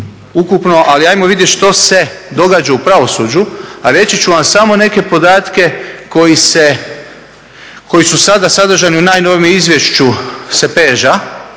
ukupno, ali ajmo vidjeti što se događa u pravosuđu. A reći ću vam samo neke podatke koji su sada sadržani u najnovijem izvješću CEPEJ-a,